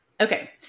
Okay